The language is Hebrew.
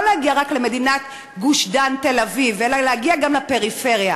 לא להגיע רק למדינת גוש-דן תל-אביב אלא להגיע גם לפריפריה.